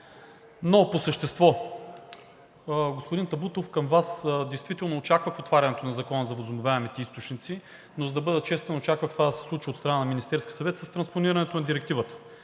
Но по същество. Господин Табутов, към Вас. Действително очаквах отварянето на Закона за възобновяемите източници, но за да бъда честен, очаквах това да се случи от страна на Министерския съвет с транспонирането на Директивата.